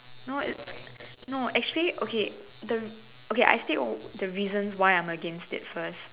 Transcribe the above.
no no actually okay okay the I state the reasons why I'm against it first